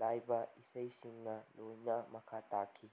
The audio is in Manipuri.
ꯂꯥꯏꯕ ꯏꯁꯩꯁꯤꯡꯒ ꯂꯣꯏꯅ ꯃꯈꯥ ꯇꯥꯈꯤ